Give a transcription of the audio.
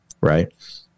right